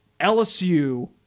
LSU